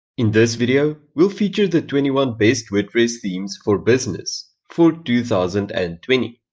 in this video, we'll feature the twenty one best wordpress themes for business for two thousand and twenty.